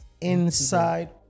inside